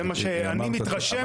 זה מה שאני מתרשם.